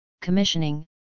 Commissioning